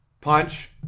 Punch